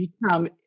become